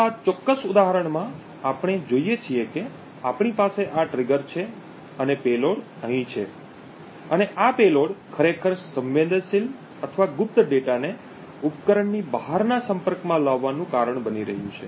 તો આ ચોક્કસ ઉદાહરણમાં આપણે જોઈએ છીએ કે આપણી પાસે આ ટ્રિગર છે અને પેલોડ અહીં છે અને આ પેલોડ ખરેખર સંવેદનશીલ અથવા ગુપ્ત ડેટાને ઉપકરણની બહારના સંપર્કમાં લાવવાનું કારણ બની રહ્યું છે